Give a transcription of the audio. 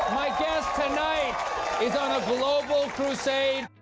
my guest tonight is on a global crusade.